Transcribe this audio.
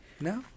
No